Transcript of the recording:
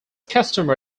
customer